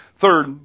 Third